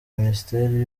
minisiteri